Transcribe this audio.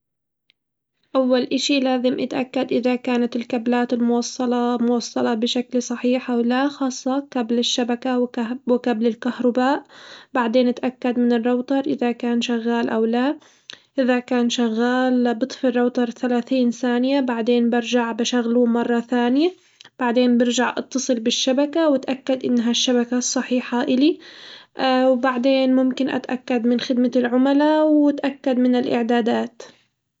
أول إشي لازم اتأكد إذا كانت الكبلات الموصلة موصلة بشكل صحيح أو لا خاصة كبل الشبكة وكه- وكبل الكهرباء بعدين إتأكد من الراوتر إذا كان شغال أو لا، إذا كان شغال بطفي الراوتر ثلاثين ثانية بعدين برجع بشغله مرة ثانية بعدين برجع إتصل بالشبكة وإتاكد إنها الشبكة الصحيحة إلي وبعدين ممكن أتاكد من خدمة العملا وأتاكد من الإعدادات.